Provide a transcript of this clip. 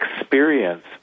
experience